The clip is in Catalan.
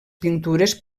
pintures